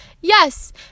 yes